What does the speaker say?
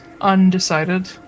undecided